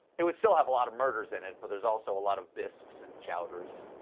it would still have a lot of murder in it, but there's also a lot of bisques and chowders.